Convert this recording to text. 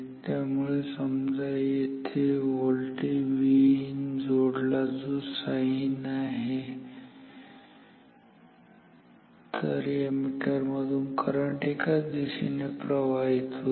त्यामुळे समजा येथे व्होल्टेज Vin जोडला जो साईन आहे या मीटर मधून करंट एकाच दिशेने प्रवाहित होईल